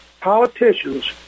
Politicians